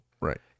Right